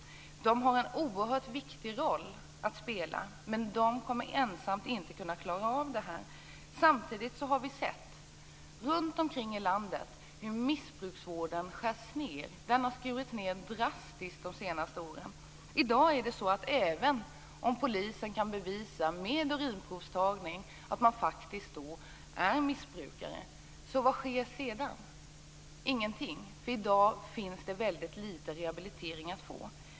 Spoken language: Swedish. Dessa har en oerhört viktig roll att spela, men med enbart dessa kommer man inte att kunna klara av det. Samtidigt har vi sett runt om i landet hur missbruksvården skärs ned. Den har skurits ned drastiskt de senaste åren. Även om polisen med urinprovstagning kan bevisa att man är missbrukare, vad händer sedan? Ingenting. I dag finns det väldigt litet rehabilitering att få.